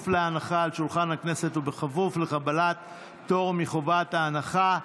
בכפוף להנחה על שולחן הכנסת ובכפוף לקבלת פטור מחובת הנחה.